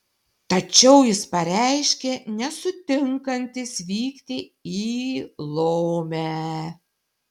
tačiau jis pareiškė nesutinkantis vykti į lomę